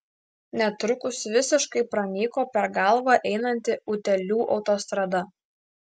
netrukus visiškai pranyko per galvą einanti utėlių autostrada